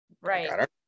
right